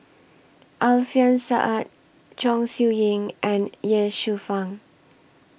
Alfian Sa'at Chong Siew Ying and Ye Shufang